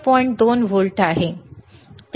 2 volt आहे